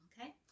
okay